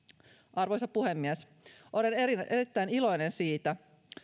arvoisa puhemies olen erittäin erittäin iloinen siitä